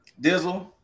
Dizzle